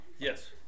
Yes